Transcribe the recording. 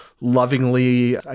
lovingly